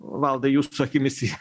valdai jūsų akimis